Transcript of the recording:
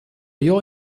your